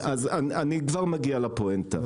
אני כבר מגיע לפואנטה.